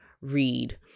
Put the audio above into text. read